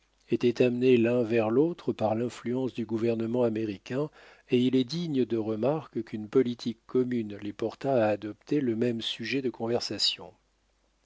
étaient amenés l'un vers l'autre par l'influence du gouvernement américain et il est digne de remarque qu'une politique commune les porta à adopter le même sujet de conversation